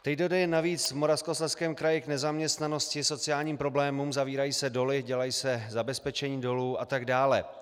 Teď dojde i navíc v Moravskoslezském kraji k nezaměstnanosti, sociálním problémům, zavírají se doly, dělají se zabezpečení dolů a tak dále.